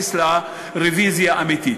להכניס בה רוויזיה אמיתית.